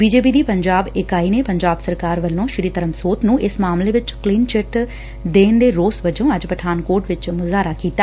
BJP ਦੀ ਪੰਜਾਬ ਇਕਾਈ ਨੇ ਪੰਜਾਬ ਸਰਕਾਰ ਵੱਲੋਂ ਸ੍ਰੀ ਧਰਮਸੋਤ ਨੂੰ ਇਸ ਮਾਮਲੇ ਵਿਚ ਕਲਿਨ ਚਿੱਟ ਦੇਣ ਦੇ ਰੋਸ ਵਜੋਂ ਅੱਜ ਪਠਾਨਕੋਟ ਵਿਚ ਮੁਜ਼ਹਾਰਾ ਕੀਤਾ